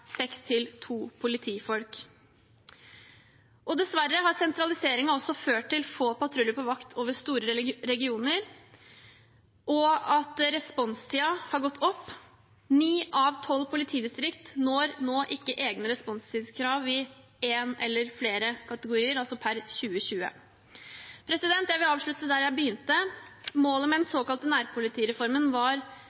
seks til to politifolk. Dessverre har sentraliseringen også ført til få patruljer på vakt over store regioner, og at responstiden har gått opp. Ni av tolv politidistrikt når nå ikke egne responstidskrav i en eller flere kategorier, altså per 2020. Jeg vil avslutte der jeg begynte: Målet med den